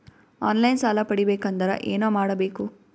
On line ಸಾಲ ಪಡಿಬೇಕಂದರ ಏನಮಾಡಬೇಕು?